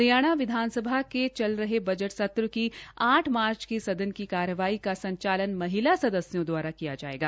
हरियाणा विधानसभा के चल रहे बजट सत्र का आठ मार्च की सदन की कार्यवाही का संचालन महिला सदस्यों द्वारा किया जायेगा